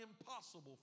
impossible